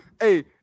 Hey